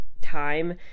time